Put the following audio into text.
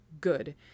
good